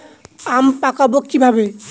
আম পাকাবো কিভাবে?